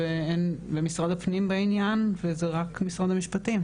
ומשרד הפנים בעניין וזה רק משרד המשפטים.